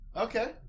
Okay